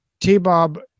T-Bob